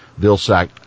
Vilsack